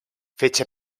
fece